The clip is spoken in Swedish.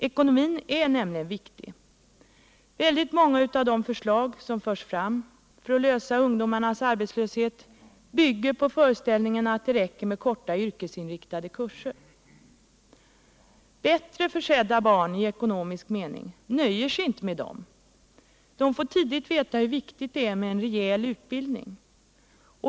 Ekonomin är viktig. Väldigt många av de förslag som förs fram för att lösa problemet med ungdomarnas arbetslöshet bygger på föreställningen att det räcker med korta, yrkesinriktade kurser. Bättre försedda barn i ekononomisk mening nöjer sig inte med dem. De får tidigt veta hur viktigt det är med en rejäl utbildning.